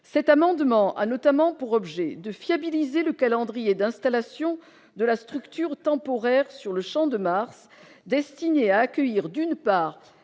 cet amendement a notamment pour objet de fiabiliser le calendrier d'installation de la structure temporaire sur le Champ de Mars, destiné à accueillir, d'une part